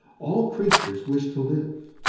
all creatures wish to live,